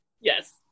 Yes